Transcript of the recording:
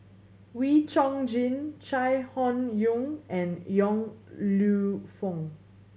Wee Chong Jin Chai Hon Yoong and Yong Lew Foong